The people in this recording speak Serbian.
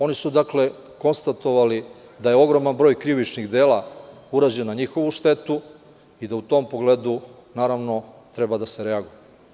Oni su konstatovali da je ogroman broj krivičnih dela urađen na njihovu štetu i da u tom pogledu, naravno, treba da se reaguje.